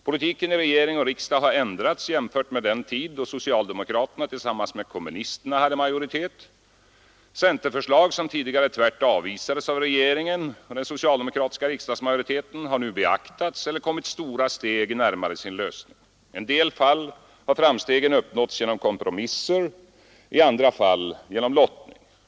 Politiken i regering och riksdag har ändrats sedan den tid då socialdemokraterna hade majoritet tillsammans med kommunisterna. Centerförslag som tidigare tvärt avvisades av regeringen och den socialdemokratiska riksdagsmajori teten har nu beaktats eller förts stora steg närmare ett förverkligande. I en del fall har framstegen uppnåtts genom kompromisser, i andra fall genom lottning.